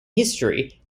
history